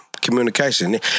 Communication